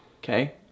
Okay